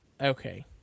Okay